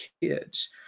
kids